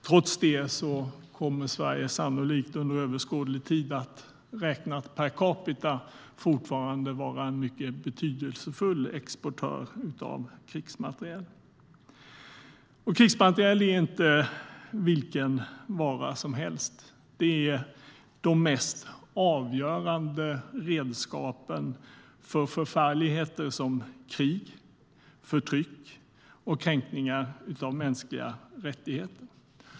Trots det kommer Sverige sannolikt under överskådlig tid att räknat per capita fortfarande vara en mycket betydelsefull exportör av krigsmateriel. Krigsmateriel är inte vilken vara som helst. Det är de mest avgörande redskapen för förfärligheter som krig, förtryck och kränkningar av mänskliga rättigheter.